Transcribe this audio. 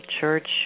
church